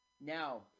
Now